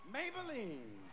Maybelline